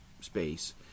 space